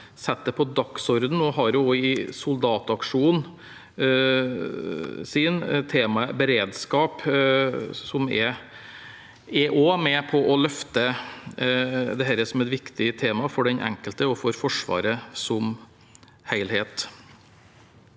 og også i soldataksjonen har temaet beredskap, og som er med på å løfte fram dette som et viktig tema for den enkelte og for Forsvaret som helhet.